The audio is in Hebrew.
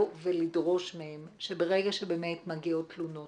ולדרוש מהם שברגע שבאמת מגיעות תלונות,